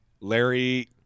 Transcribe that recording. Larry